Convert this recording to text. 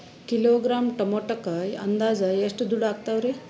Kilogram ಟೊಮೆಟೊಕ್ಕ ಅಂದಾಜ್ ಎಷ್ಟ ದುಡ್ಡ ಅಗತವರಿ?